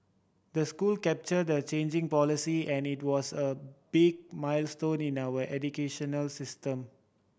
the school captured the changing policy and it was a big milestone in our educational system